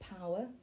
power